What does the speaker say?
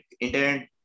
internet